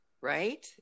right